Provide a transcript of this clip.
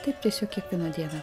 taip tiesiog kiekvieną dieną